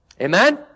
Amen